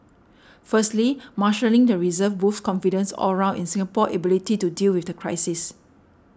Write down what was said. firstly marshalling the reserves boosts confidence all round in Singapore's ability to deal with the crisis